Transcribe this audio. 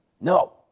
No